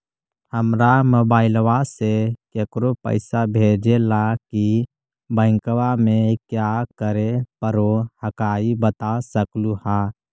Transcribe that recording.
हमरा मोबाइलवा से केकरो पैसा भेजे ला की बैंकवा में क्या करे परो हकाई बता सकलुहा?